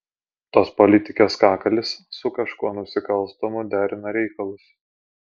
tos politikės kakalis su kažkuo nusikalstamu derina reikalus